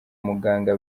muganga